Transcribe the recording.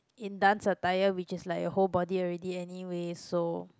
in dance attire which is like a whole body already anyway so